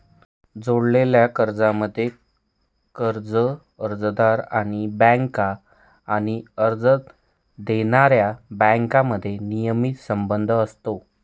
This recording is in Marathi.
जोडलेल्या कर्जांमध्ये, कर्ज अर्जदार आणि बँका आणि कर्ज देणाऱ्या बँकांमध्ये नियमित संबंध असतो